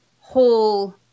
whole